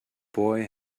boy